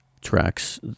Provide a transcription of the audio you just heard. tracks